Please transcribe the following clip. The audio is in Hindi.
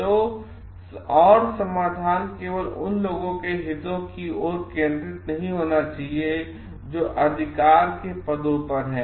तो और समाधान केवल उन लोगों के हितों की ओर केन्द्रित नहीं होना चाहिए जो अधिकार के पदों पर हैं